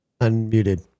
unmuted